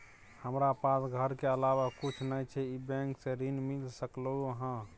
हमरा पास घर के अलावा कुछ नय छै ई बैंक स ऋण मिल सकलउ हैं?